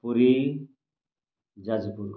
Puri Jajpur